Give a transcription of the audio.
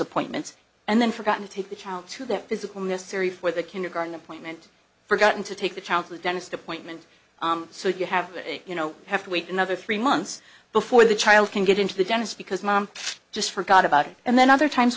appointments and then forgotten to take the child to their physical necessary for the kindergarten appointment forgotten to take the child to the dentist appointment so you have you know have to wait another three months before the child can get into the dentist because mom just forgot about it and then other times